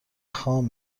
خام